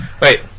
Wait